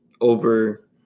over